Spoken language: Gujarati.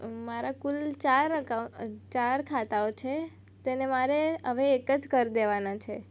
મારા કુલ ચાર અકાઉં ચાર ખાતાઓ છે તેને મારે હવે એક જ કરી દેવાના છે